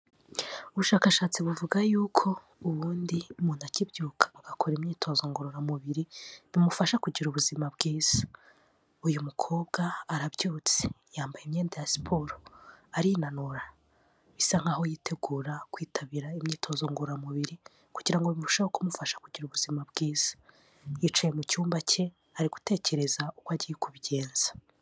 Ubushakashatsi buvuga yuko, ubundi umuntu akibyuka agakora imyitozo ngororamubiri, bimufasha kugira ubuzima bwiza. Uyu mukobwa arabyutse. Yambaye imyenda ya siporo. Arinanura, bisa nk'aho yitegura kwitabira imyitozo ngororamubiri ,kugira ngo birusheho kumufasha kugira ubuzima bwiza. Yicaye mu cyumba cye, ari gutekereza uko agiye kubigenza.